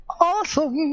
awesome